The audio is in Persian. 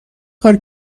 کار